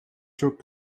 çok